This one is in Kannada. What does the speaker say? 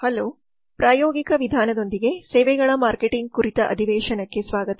ಹಲೋ ಪ್ರಾಯೋಗಿಕ ವಿಧಾನದೊಂದಿಗೆ ಸೇವೆಗಳ ಮಾರ್ಕೆಟಿಂಗ್ಕುರಿತ ಅಧಿವೇಶನಕ್ಕೆ ಸ್ವಾಗತ